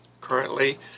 Currently